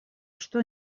что